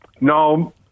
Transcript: no